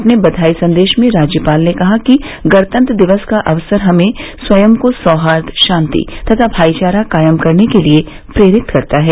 अपने बधाई संदेश में राज्यपाल ने कहा कि गणतंत्र दिवस का अवसर हमें स्वंय को सौहार्द शांति तथा भाईचारा कायम करने के लिए प्रेरित करता है